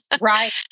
right